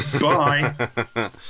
Bye